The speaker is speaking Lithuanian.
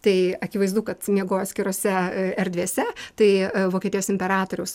tai akivaizdu kad miegojo atskirose erdvėse tai vokietijos imperatoriaus